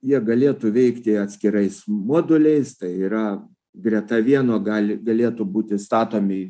jie galėtų veikti atskirais moduliais tai yra greta vieno gali galėtų būti statomi